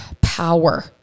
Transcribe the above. power